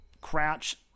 crouch